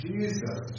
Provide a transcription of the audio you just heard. Jesus